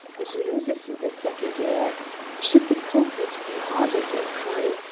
it loses the second ear should the culprit be hardened in crime,